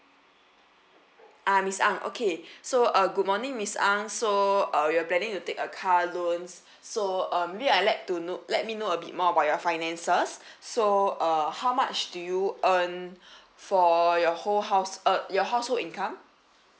ah miss ang okay so uh good morning miss ang so uh you're planning to take a car loans so uh maybe I let to know let me know a bit more about your finances so uh how much do you earn for your whole house uh your household income